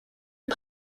est